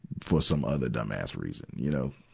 for some other dumbass reason, you know.